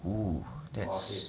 oo that's